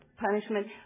punishment